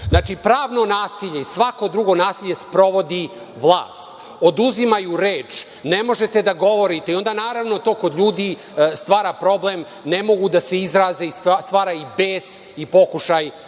pravno nasilje i svako drugo nasilje sprovodi vlast. Oduzimaju reč, ne možete da govorite i onda, naravno, to kod ljudi stvara problem, ne mogu da se izraze, stvara i bes i pokušaj